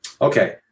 Okay